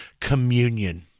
communion